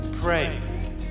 Pray